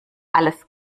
alles